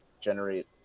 generate